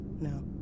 no